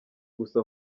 gusa